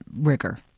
rigor